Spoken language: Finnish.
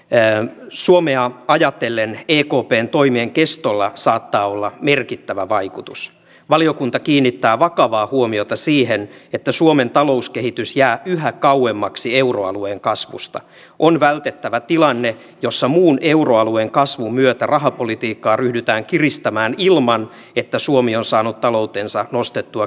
tänään suomea ajatellen ja coupen toimien kestolla saattaa olla merkittävä vaikutus valiokunta kiinnittää vakavaa huomiota siihen että suomen talouskehitys jää yhä kauemmaksi euroalueen kasvusta on vältettävä tilanne jossa muun euroalueen kasvun myötä rahapolitiikkaa ryhdytään kiristämään ilman että suomi on saanut taloutensa nostettua